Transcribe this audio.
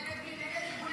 נגד מי?